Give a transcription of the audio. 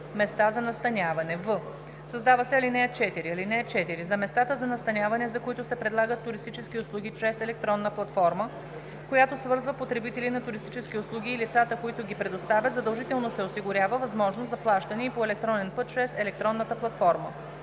места за настаняване.“ в) създава се ал. 4: „(4) За местата за настаняване, за които се предлагат туристически услуги чрез електронна платформа, която свързва потребители на туристически услуги и лицата, които ги предоставят, задължително се осигурява възможност за плащане и по електронен път чрез електронната платформа.“;